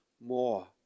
more